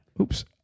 oops